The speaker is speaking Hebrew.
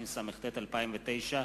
התשס"ט 2009,